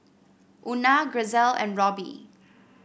Una Grisel and Roby